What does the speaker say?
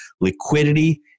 liquidity